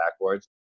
backwards